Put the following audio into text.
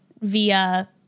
via